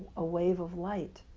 a wave of light,